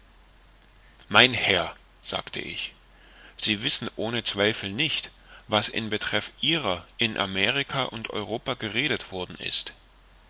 mein herr sagte ich sie wissen ohne zweifel nicht was in betreff ihrer in amerika und europa geredet worden ist